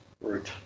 route